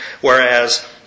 whereas